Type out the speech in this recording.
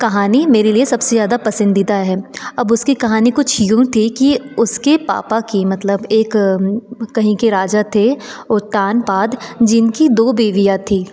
कहानी मेरे लिए सबसे ज़्यादा पसंदीदा है अब उसकी कहानी कुछ यूँ थी कि उसके पापा की मतलब एक कहीं के राजा थे उतानपाद जिनकी दो बीवियाँ थी